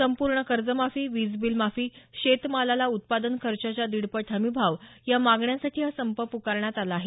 संपूर्ण कर्जमाफी वीजबिल माफी शेतमालाला उत्पादन खर्चाच्या दीडपट हमीभाव या मागण्यांसाठी हा संप प्रकारण्यात आला आहे